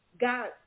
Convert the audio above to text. God